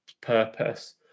purpose